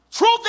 Truth